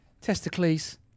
testicles